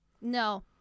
No